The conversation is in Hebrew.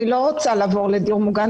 אני לא רוצה לעבור לדיור מוגן,